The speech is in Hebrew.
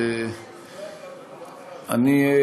אני,